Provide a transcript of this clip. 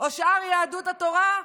או שאר יהדות התורה,